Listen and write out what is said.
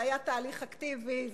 זה היה תהליך אקטיבי,